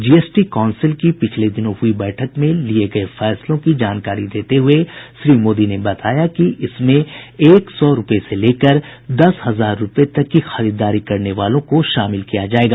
GST council की पिछले दिनों हुई बैठक में लिये गये फैसलों की जानकारी देते हुए श्री मोदी ने बताया कि इसमें एक सौ रूपये से लेकर दस हजार रूपये तक की खरीददारी करने वालों को शामिल किया जायेगा